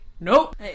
nope